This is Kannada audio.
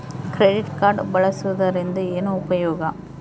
ಕ್ರೆಡಿಟ್ ಕಾರ್ಡ್ ಬಳಸುವದರಿಂದ ಏನು ಉಪಯೋಗ?